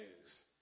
news